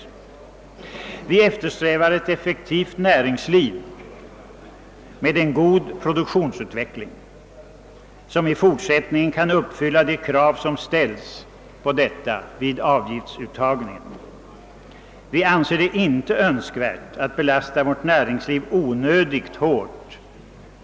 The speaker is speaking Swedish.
Vi på vårt håll eftersträvar ett effektivt näringsliv med en god produktionsutveckling som i fortsättningen kan uppfylla de krav som ställs vid avgiftsuttagningen till ATP. Vi anser det inte önskvärt att med dessa avgiftsuttag belasta näringslivet onödigt hårt.